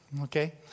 Okay